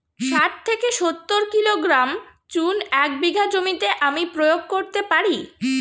শাঠ থেকে সত্তর কিলোগ্রাম চুন এক বিঘা জমিতে আমি প্রয়োগ করতে পারি?